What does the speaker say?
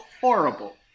horrible